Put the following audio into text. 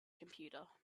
computer